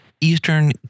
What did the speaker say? Eastern